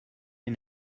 une